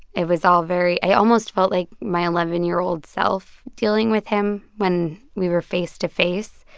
it was all very i almost felt like my eleven year old self dealing with him when we were face to face.